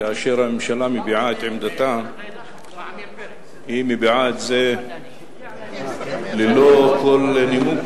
כאשר הממשלה מביעה את עמדתה היא מביעה את זה ללא כל נימוק,